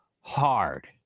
hard